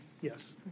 Yes